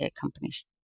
companies